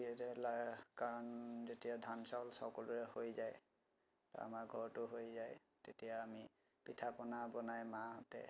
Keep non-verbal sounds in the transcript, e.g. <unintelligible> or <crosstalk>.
<unintelligible> কাৰণ যেতিয়া ধান চাউল সকলোৰে হৈ যায় আমাৰ ঘৰতো হৈ য়ায় তেতিয়া আমি পিঠাপনা বনাই মাহঁতে